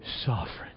sovereign